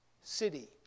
city